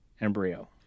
embryo